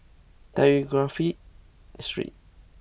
Telegraph Street